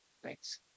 Thanks